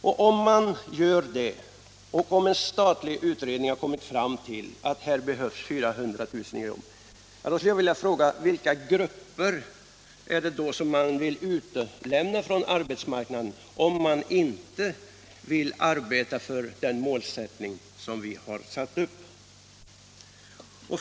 Men om man gör det, och när nu en statlig utredning har kommit fram till att det behövs 400 000 nya jobb, så vill jag fråga: Vilka grupper är det då man vill utesluta från arbetsmarknaden, om man inte vill arbeta för det mål som vi har satt upp?